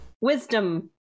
Wisdom